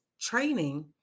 training